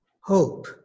Hope